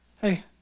hey